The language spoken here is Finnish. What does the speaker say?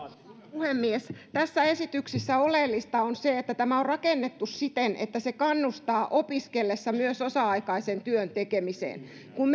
puhemies tässä esityksessä oleellista on se että tämä on rakennettu siten että se kannustaa opiskellessa myös osa aikaisen työn tekemiseen kun